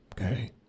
okay